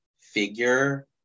figure